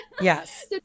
yes